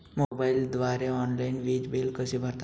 मोबाईलद्वारे ऑनलाईन वीज बिल कसे भरतात?